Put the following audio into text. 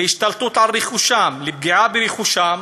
להשתלטות על רכושם, לפגיעה ברכושם,